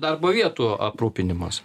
darbo vietų aprūpinimas